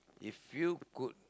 if you could